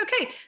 okay